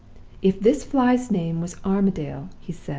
if this fly's name was armadale he said,